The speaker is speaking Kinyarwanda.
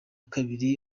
kabiri